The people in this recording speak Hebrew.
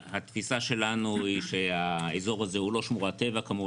התפיסה שלנו היא שהאזור הזה הוא לא שמורת טבע כמובן